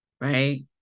right